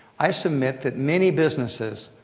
i submit that many businesses,